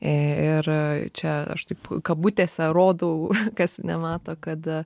ir čia aš taip kabutėse rodau kas nemato kad